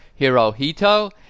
Hirohito